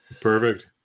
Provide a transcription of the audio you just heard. Perfect